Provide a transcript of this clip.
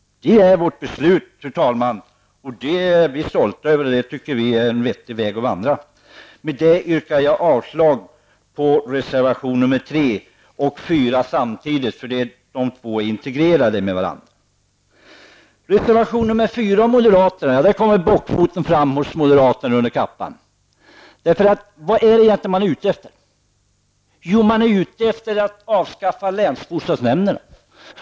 Det är vårt beslut och det är vi stolta över, eftersom vi tycker att det är vettigt. Med det sagda yrkar jag samtidigt avslag på reservation 3 och 4, eftersom dessa reservationer hör ihop. När det gäller reservation 5 sticker moderaternas bockfot fram under kappan. Vad är man egentligen ute efter? Jo, man är ute efter att avskaffa länsbostadsnämnderna.